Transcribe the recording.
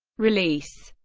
release